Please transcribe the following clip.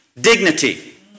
dignity